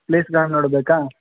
ಪ್ಲೇಸ್ಗಳು ನೋಡಬೇಕಾ